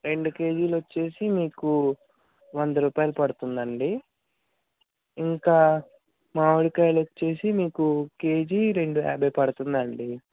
రెండు కేజీలు వచ్చేసి మీకు వంద రూపాయలు పడుతుందండీ ఇంకా మామిడి కాయలు వచ్చేసి మీకు కేజీ రెండు యాభై పడుతుందండి